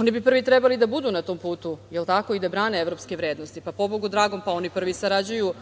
oni bi prvi trebali da budu na tom putu i da brane evropske vrednosti. Oni prvi sarađuju